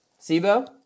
SIBO